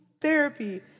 therapy